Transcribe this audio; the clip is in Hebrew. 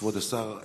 כבוד השר,